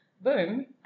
Boom